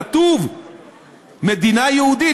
כתוב "מדינה יהודית",